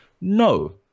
no